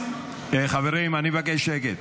חברים, אני מבקש שקט.